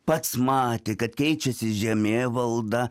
pats matė kad keičiasi žemėvalda